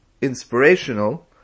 inspirational